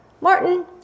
Martin